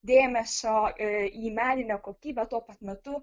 dėmesio į meninę kokybę tuo pat metu